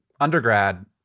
undergrad